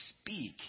speak